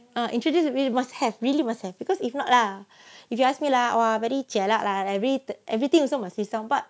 ah introduce you must have really must have because if not lah if you ask me lah !wah! very jialat lah like every everything also must risau but